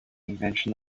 invention